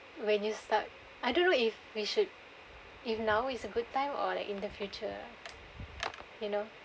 when you start I don't know if we should if now is a good time or like in the future you know